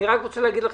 אני רק רוצה להגיד לכם,